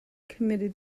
committed